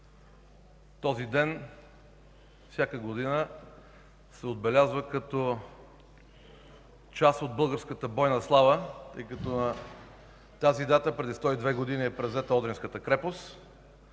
Този ден всяка година се отбелязва като част от българската бойна слава, тъй като на тази дата преди 102 години е превзета Одринската крепост,